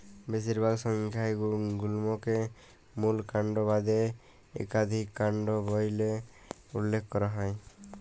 বেশিরভাগ সংখ্যায় গুল্মকে মূল কাল্ড বাদে ইকাধিক কাল্ড ব্যইলে উল্লেখ ক্যরা হ্যয়